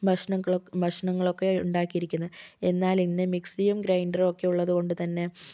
ഭക്ഷണങ്ങളൊക്കേ ഭക്ഷണങ്ങളൊക്കേ ഉണ്ടാക്കിയിരിക്കുന്നത് എന്നാൽ ഇന്ന് മിക്സിയും ഗ്രൈൻഡറും ഒക്കെ ഉള്ളതുകൊണ്ട് തന്നേ